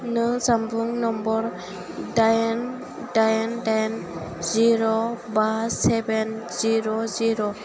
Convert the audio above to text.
नों जानबुं नम्बर दाइन दाइन दाइन जिर' बा सेभेन जिर' जिर'